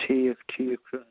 ٹھیٖک ٹھیٖک چھُ